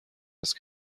است